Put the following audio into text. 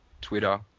Twitter